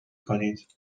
کنید